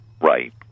Right